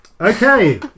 Okay